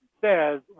Says